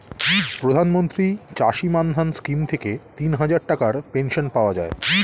প্রধানমন্ত্রী চাষী মান্ধান স্কিম থেকে তিনহাজার টাকার পেনশন পাওয়া যায়